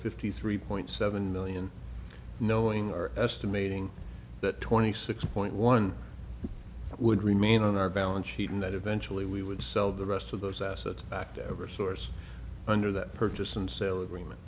fifty three point seven million knowing our estimating that twenty six point one would remain on our balance sheet and that eventually we would sell the rest of those assets back to over source under that purchase and sale agreement